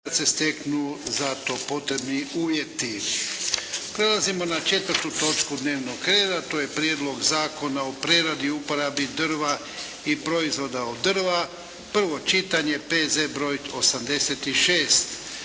Prelazimo na 4. točku dnevnog reda, to je - Prijedlog zakona o preradi i uporabi drva i proizvoda od drva, prvo čitanje, P.Z. br. 86